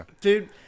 dude